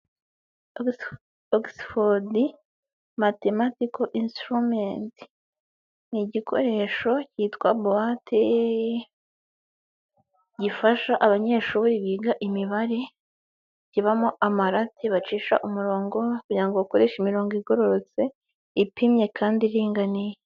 Ogisifodi matematiko insiturumenti ni igikoresho kitwa buwate, gifasha abanyeshuri biga imibare, kibamo amarate bacisha umurongo, kugira ngo bakoreshe imirongo igororotse, ipimye kandi iringaniye.